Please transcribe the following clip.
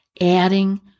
adding